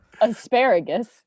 asparagus